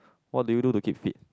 what do you do to keep fit